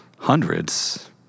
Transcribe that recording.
Hundreds